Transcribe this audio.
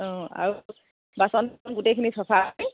অঁ আৰু বাচন গোটেইখিনি চফা